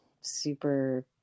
super